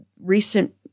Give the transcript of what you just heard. recent